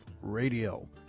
Radio